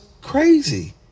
crazy